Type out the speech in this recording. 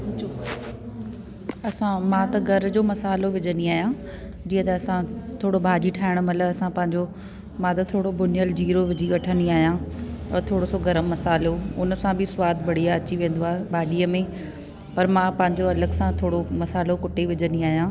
असां मां त घर जो मसालो विझंदी आहियां जीअं त असां थोरो भाॼी ठाहिणु महिल असां पंहिंजो मां त थोरो भुनियलु जीरो विझी वठंदी आहियां ऐं थोरो सो गर्मु मसालो उन सां बि सवादु बढ़िया अची वेंदो आहे भाॼीअ में पर मां पंहिंजो अलॻि सां थोरो मसालो कुटी विझंदी आहियां